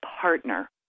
partner